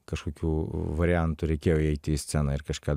kažkokių variantų reikėjo įeiti į sceną ir kažką